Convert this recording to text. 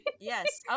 yes